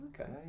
Okay